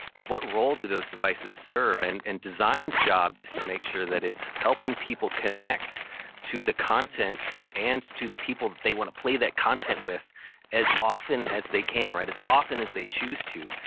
what role do those devices serve? and and design's job is to make sure that it's helping people connect to the content and to the people that they want to play that content with as often as they can, as often as they choose to.